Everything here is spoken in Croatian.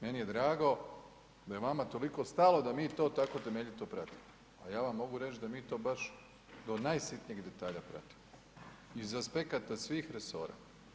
Meni je drago da je vama toliko stalo da mi to tako temeljito pratimo, a ja vam mogu da mi to baš do najsitnijeg detalja pratimo iz aspekata svih resora.